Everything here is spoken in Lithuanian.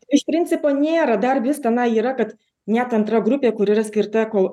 iš principo nėra dar tenai yra kad net antra grupė kuri yra skirta ekol